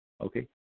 Okay